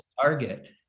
target